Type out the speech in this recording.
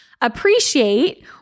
appreciate